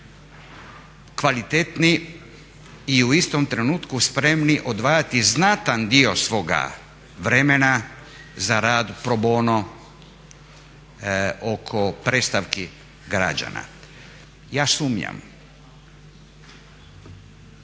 kvalitetniji i u istom trenutku spremni odvajati znatan dio svoga vremena za ra pro bono oko predstavki građana. Ja sumnjam.